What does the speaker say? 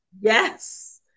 Yes